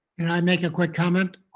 and i make a quick comment?